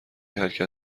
حرکت